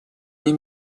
ней